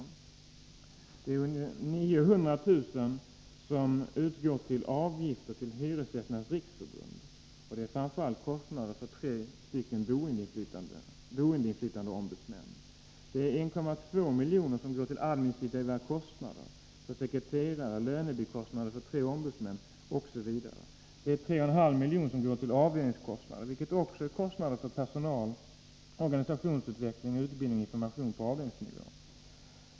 Vidare betalas 900 000 kr. för avgifter till Hyresgästernas riksförbund. Framför allt rör det sig om kostnader för tre boendeinflytandeombudsmän. 1,2 milj.kr. hänför sig till administrativa kostnader: för sekreterare, lönebikostnad för tre ombudsmän m.m. 3,5 milj.kr. är avdelningskostnader. Här gäller det kostnader för personal, organisationsutveckling, utbildning och information på avdelningsnivå.